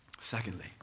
Secondly